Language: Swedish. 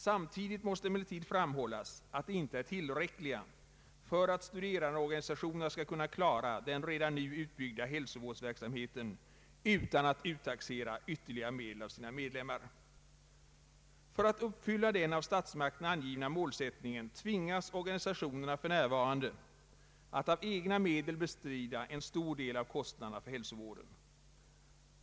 Samtidigt måste emellertid framhållas att de inte är tillräckliga för att studerandeorganisationerna skall kunna klara den redan nu utbyggda hälsovårdsverksamheten utan att uttaxera ytterligare medel av sina medlemmar. För att uppfylla den av statsmakterna angivna målsättningen tvingas organisationerna för närvarande att av egna medel bestrida en stor del av kostnaderna för hälsovården.